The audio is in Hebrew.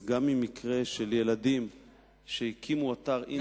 אז גם במקרה של ילדים שהקימו אתר אינטרנט,